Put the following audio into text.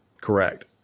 Correct